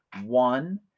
one